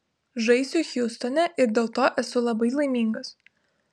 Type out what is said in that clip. žaisiu hjustone ir dėl to esu labai laimingas